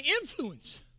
influence